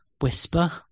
whisper